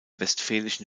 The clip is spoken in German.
westfälischen